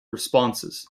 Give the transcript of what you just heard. responses